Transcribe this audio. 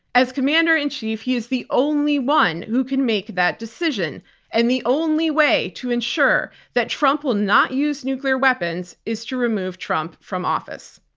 as commander-in-chief, he is the only one who can make that decision and the only way to ensure that trump will not use nuclear weapons is to remove trump from office.